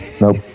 nope